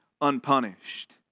unpunished